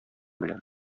белән